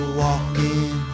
walking